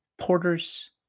Porter's